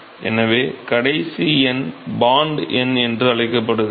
எனவே கடைசி எண் பான்ட் எண் என்று அழைக்கப்படுகிறது